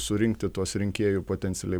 surinkti tuos rinkėjų potencialiai